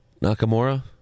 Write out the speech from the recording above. Nakamura